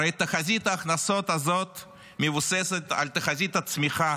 הרי תחזית ההכנסות הזאת מבוססת על תחזית הצמיחה